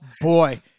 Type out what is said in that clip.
boy